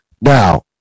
Now